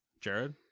Jared